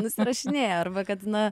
nusirašinėja arba kad na